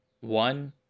One